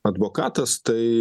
advokatas tai